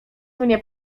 mnie